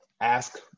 Ask